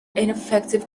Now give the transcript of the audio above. ineffective